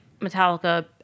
Metallica